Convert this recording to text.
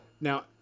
now